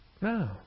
No